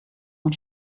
man